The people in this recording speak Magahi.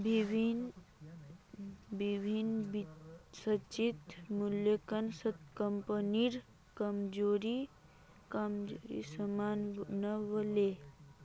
विभिन्न संचितेर मूल्यांकन स कम्पनीर कमजोरी साम न व ले